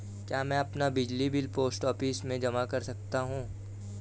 क्या मैं अपना बिजली बिल पोस्ट ऑफिस में जमा कर सकता हूँ?